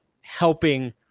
helping